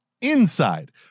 inside